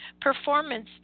Performance